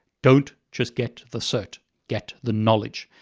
don't just get the cert, get the knowledge.